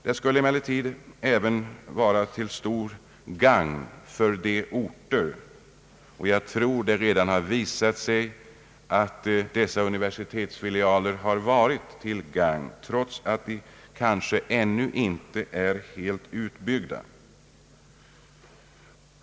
Det har redan visat sig att dessa universitetsfilialer har varit till stort gagn för de orter där de är belägna, trots att de ännu inte är helt utbyggda.